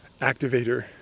activator